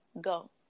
go